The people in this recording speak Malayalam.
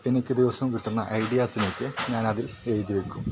എനിക്ക് ദിവസം കിട്ടുന്ന ഐഡിയാസിലേക്ക് ഞാൻ അതിൽ എഴുതി വയ്ക്കും